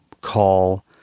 call